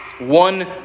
One